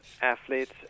athletes